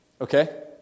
Okay